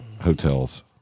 hotels